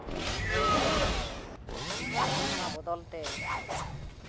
ᱚᱱᱟ ᱵᱚᱫᱚᱞ ᱛᱮ